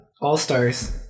all-stars